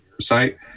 site